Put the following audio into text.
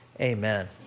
Amen